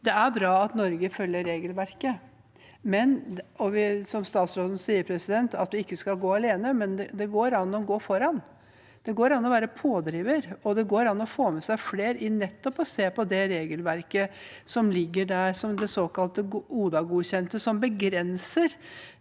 Det er bra at Norge følger regelverket. Som statsråden sier, skal vi ikke gå alene, men det går an å gå foran. Det går an å være pådriver, og det går an å få med seg flere i nettopp å se på det regelverket som ligger der, som det såkalt ODA-godkjente. Det begrenser